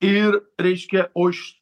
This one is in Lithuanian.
ir reiškia o iš